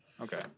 Okay